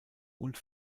und